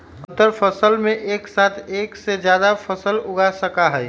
अंतरफसल में एक साथ एक से जादा फसल उगा सका हई